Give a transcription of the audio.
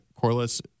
Corliss